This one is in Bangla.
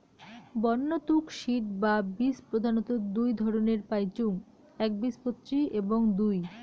বন্য তুক সিড বা বীজ প্রধানত দুই ধরণের পাইচুঙ একবীজপত্রী এবং দুই